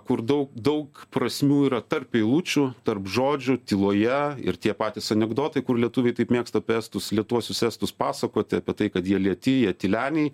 kur daug daug prasmių yra tarp eilučių tarp žodžių tyloje ir tie patys anekdotai kur lietuviai taip mėgsta apie estus lėtuosius estus pasakoti apie tai kad jie lėti jie tyleniai